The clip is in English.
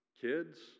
kids